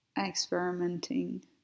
experimenting